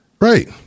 Right